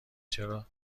چرا